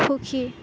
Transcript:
সুখী